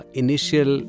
initial